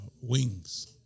Wings